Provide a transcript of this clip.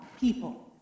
people